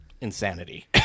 insanity